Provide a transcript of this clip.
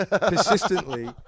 persistently